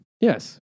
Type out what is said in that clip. Yes